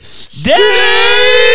stay